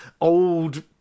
old